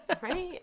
Right